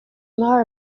more